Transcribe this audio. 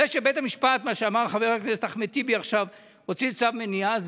זה שבית המשפט הוציא צו מניעה,